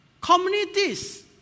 communities